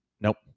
Nope